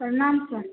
प्रणाम सर